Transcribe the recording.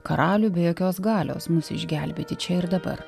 karalių be jokios galios mus išgelbėti čia ir dabar